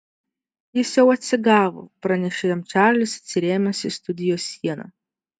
jis jau atsigavo pranešė jam čarlis atsirėmęs į studijos sieną